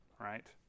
right